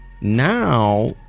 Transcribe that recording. Now